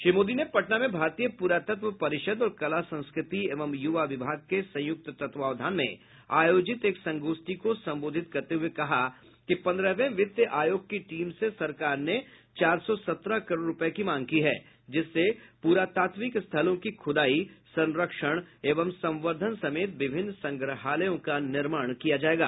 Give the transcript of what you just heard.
श्री मोदी ने पटना में भारतीय पुरातत्व परिषद और कला संस्कृति एवं युवा विभाग के संयुक्त तत्वावधान में आयोजित एक संगोष्ठी को सम्बोधित करते हुए कहा कि पन्द्रहवें वित्त आयोग की टीम से सरकार ने चार सौ सत्रह करोड़ रुपये की मांग की है जिससे पुरातात्विक स्थलों की ख़ुदाई संरक्षण एवं संवर्धन समेत विभिन्न संग्रहालयों का निर्माण किया जाएगा